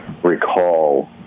recall